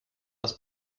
das